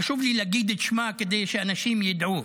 חשוב לי להגיד לי את שמה כדי שאנשים ידעו,